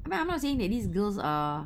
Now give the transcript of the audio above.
I mean I'm not saying that these girls are